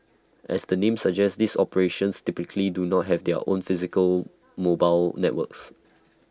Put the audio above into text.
as the name suggests these operators typically do not have their own physical mobile networks